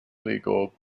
legal